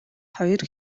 хоёр